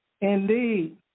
indeed